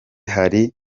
hari